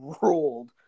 ruled